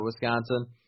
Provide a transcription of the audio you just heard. Wisconsin